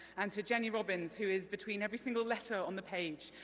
and to jenny robins, who is between every single letter on the page,